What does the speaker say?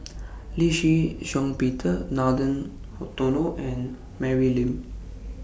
Lee Shih Shiong Peter Nathan Hartono and Mary Lim